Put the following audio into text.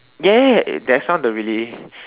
ya ya ya that sounded really